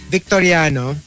Victoriano